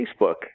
Facebook